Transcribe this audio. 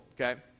Okay